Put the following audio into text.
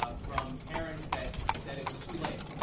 ah from parents that said it was too late